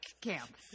camp